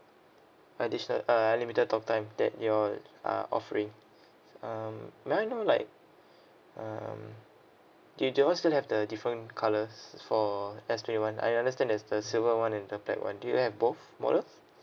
additional uh unlimited talk time that you all are offering um may I know like um do do you all still have the different colours for S twenty one I understand there's the silver one and the black one do you have both models